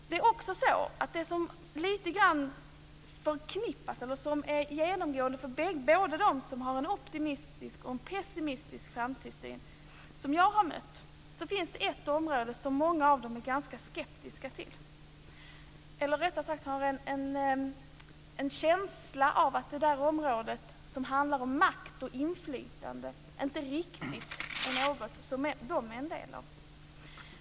Det som också är genomgående för dem som jag har mött, både de som har en optimistisk och de som har en pessimistisk framtidssyn, är att det finns ett område som många av dem är ganska skeptiska till. Rättare sagt har de en känsla av att det område som handlar om makt och inflytande inte riktigt är något som de är en del av.